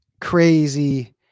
crazy